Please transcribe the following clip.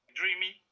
dreamy